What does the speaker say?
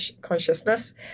consciousness